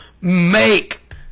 make